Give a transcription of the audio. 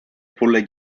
pulle